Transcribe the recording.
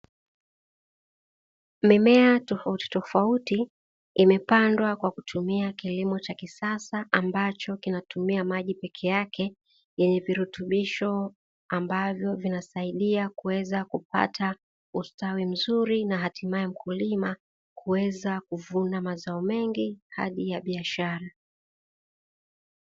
Mimea tofauti tofauti imepandwa kwa kutumia kilimo cha kisasa. Ambacho kinatumia maji peke yake yenye virutubisho, ambavyo vinasaidia kuweza kupata ustawi mzuri na hatimaye mkulima kuweza kuvuna mazao mengi hadi ya biashara.